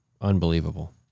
unbelievable